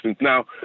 Now